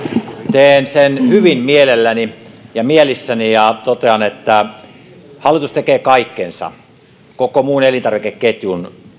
teen sen hyvin mielelläni ja mielissäni ja totean että hallitus tekee kaikkensa koko muun elintarvikeketjun